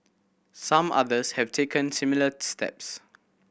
some others have taken similar steps